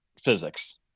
physics